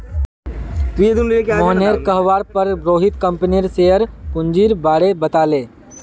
मोहनेर कहवार पर रोहित कंपनीर शेयर पूंजीर बारें बताले